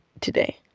today